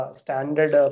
standard